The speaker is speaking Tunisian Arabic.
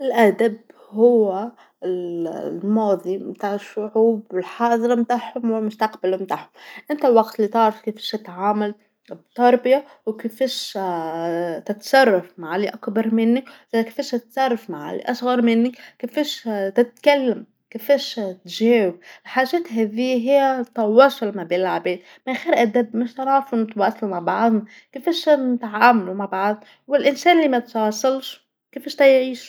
الأدب هو الماضي متاع الشعوب، الحاضر متاعهم والمستقبل متاعهم، أنت الوقت اللي تعرف كيفاش تتعامل بتربيه وكيفاش تتصرف مع اللي أكبر منك، ثاني كيفاش تتصرف مع اللي أصغر منك، كيفاش تتكلم، كيفاش تجاوب، الحاجات هاذيا هي تواصل ما بين العباد، باش نعرفو نتواصلو مع بعضنا، كيفاش نتعاملو مع بعضنا، والإنسان اللي ما يتواصلش كيفاش حتى يعيش.